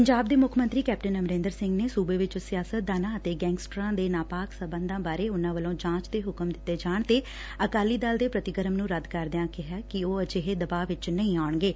ਪੰਜਾਬ ਦੇ ਮੁੱਖ ਮੰਤਰੀ ਅਮਰਿੰਦਰ ਸਿੰਘ ਨੇ ਸੂਬੇ ਚ ਸਿਆਸਤਦਾਨਾਂ ਅਤੇ ਗੈਂਗਸਟਰਾਂ ਦੇ ਨਾਪਾਕ ਸਬੰਧਾਂ ਬਾਰੇ ਉਨੂਾਂ ਵੱਲੋਂ ਜਾਂਚ ਦੇ ਹੁਕਮ ਦਿੱਤੇ ਜਾਣ ਤੇ ਅਕਾਲੀ ਦਲ ਦੇ ਪ੍ਤੀਕਰਮ ਨੂੰ ਰੱਦ ਕਰਦਿਆਂ ਕਿਹਾ ਕਿ ਉਹ ਅਜਿਹੇ ਦਬਾਅ ਵਿਚ ਨਹੀਂ ਆਉਣਗੇ